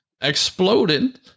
exploded